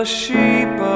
sheep